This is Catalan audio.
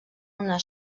una